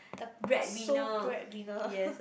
the the sole bread winner